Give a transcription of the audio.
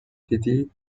دیدی